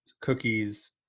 cookies